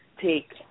take